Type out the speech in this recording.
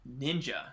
ninja